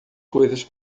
coisas